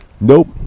Nope